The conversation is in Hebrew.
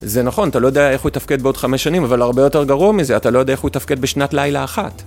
זה נכון, אתה לא יודע איך הוא תפקד בעוד חמש שנים, אבל הרבה יותר גרוע מזה, אתה לא יודע איך הוא תפקד בשנת לילה אחת.